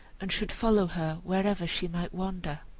and should follow her wherever she might wander,